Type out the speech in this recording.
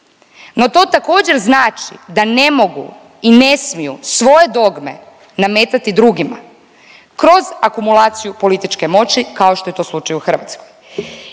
No to također znači da ne mogu i ne smiju svoje dogme nametati drugima kroz akumulaciju političke moći kao što je to slučaj u Hrvatskoj.